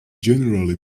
generally